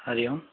Hari Om